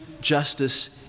justice